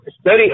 study